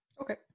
Okay